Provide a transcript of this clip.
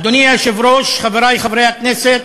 אדוני היושב-ראש, חברי חברי הכנסת,